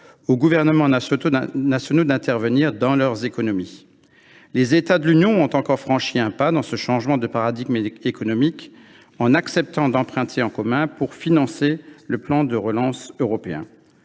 aux gouvernements nationaux d’intervenir dans leurs économies. Les États membres de l’Union ont franchi un pas supplémentaire et opéré un changement de paradigme économique, en acceptant d’emprunter en commun pour financer le plan de relance européen.